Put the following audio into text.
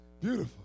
Beautiful